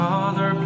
Father